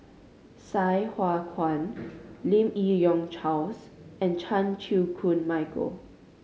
Sai Hua Kuan Lim Yi Yong Charles and Chan Chew Koon Michael